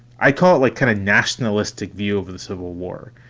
i call it like kind of nationalistic view of the civil war.